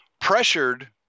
pressured